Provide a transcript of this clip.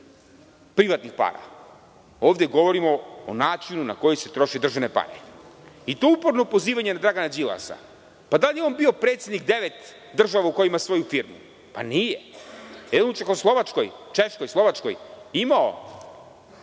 privatnih para. Ovde govorimo o načinu na koji se troše državne pare. To uporno prozivanje Dragana Đilasa, pa da li je on bio predsednik devet država u kojima ima svoju firmu? Nije. Da li je u Češkoj, Slovačkoj imao